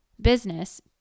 Business